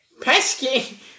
PESKY